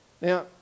Now